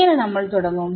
എങ്ങനെ നമ്മൾ തുടങ്ങും